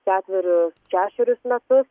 ketverius šešerius metus